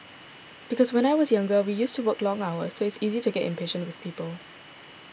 because when I was younger we used to work long hours so it's easy to get impatient with people